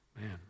man